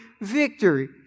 victory